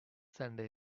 sunday